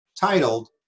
titled